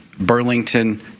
Burlington